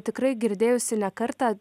tikrai girdėjusi ne kartą